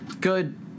good